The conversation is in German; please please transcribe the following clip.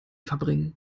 verbringen